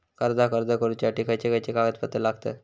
कर्जाक अर्ज करुच्यासाठी खयचे खयचे कागदपत्र लागतत